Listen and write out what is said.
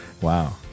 wow